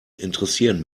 interessieren